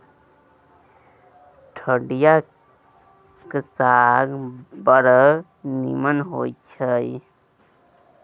ठढियाक साग बड़ नीमन होए छै